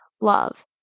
love